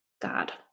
God